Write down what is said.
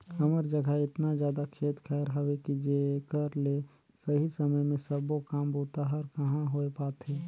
हमर जघा एतना जादा खेत खायर हवे कि जेकर ले सही समय मे सबो काम बूता हर कहाँ होए पाथे